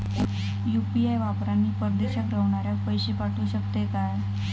UPI वापरान मी परदेशाक रव्हनाऱ्याक पैशे पाठवु शकतय काय?